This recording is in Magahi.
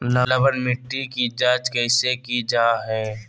लवन मिट्टी की जच कैसे की जय है?